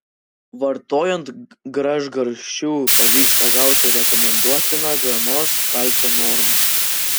vartojant gražgarsčių pavyksta gauti rekomenduotiną dienos kalcio normą